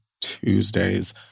Tuesday's